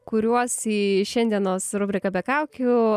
kuriuos į šiandienos rubriką be kaukių